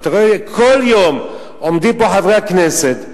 אתה רואה כל יום עומדים פה חברי הכנסת,